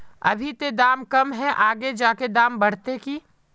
अभी ते दाम कम है आगे जाके दाम बढ़ते की?